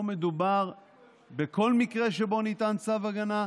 לא מדובר בכל מקרה שבו ניתן צו הגנה,